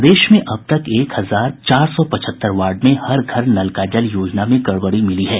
प्रदेश में अब तक एक हजार चार सौ पचहत्तर वार्ड में हर घर नल का जल योजना में गड़बड़ी मिली है